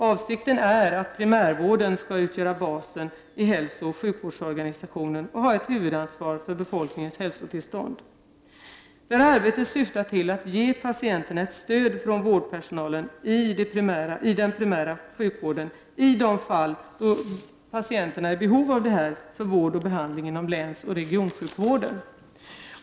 Avsikten är att primärvården skall utgöra basen i hälsooch sjukvårdsorganisationen och ha ett huvudansvar för befolkningens hälsotillstånd. Detta arbete syftar till att ge patienterna vårdpersonalens stöd i den primära sjukvården, i de fall patienterna är i behov av detta för vård och behandling inom länsoch regionsjukvården.